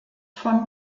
vom